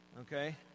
okay